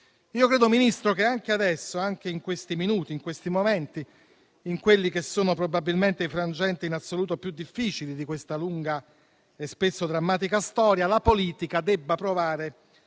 Credo, Ministro, che anche adesso, in questi minuti e in questi momenti, in quelli che sono probabilmente i frangenti in assoluto più difficili di questa lunga e spesso drammatica storia, la politica debba provare